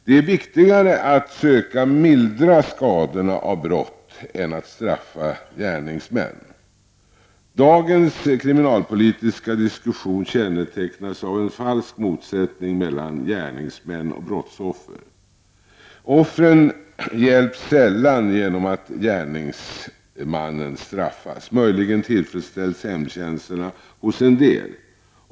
Det är viktigare att söka mildra skadorna av brott än att straffa gärningsmän. Dagens kriminalpolitiska diskussion kännetecknas av en falsk motsättning mellan gärningsmän och brottsoffer. Offren hjälps sällan genom att gärningsmannen bestraffas — möjligen tillfredsställs hämndkänslorna hos en del.